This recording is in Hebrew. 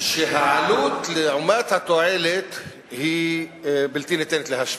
שהעלות לעומת התועלת היא בלתי ניתנת להשוואה.